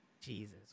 Jesus